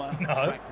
No